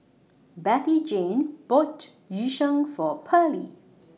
Bettyjane bought Yu Sheng For Pearly